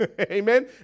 Amen